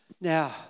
Now